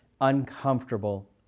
uncomfortable